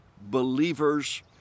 believers